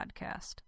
podcast